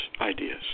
ideas